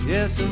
Yes